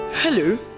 Hello